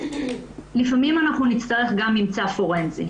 לפעמים אנחנו נצטרך גם ממצא פורנזי.